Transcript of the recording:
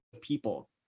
people